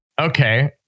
okay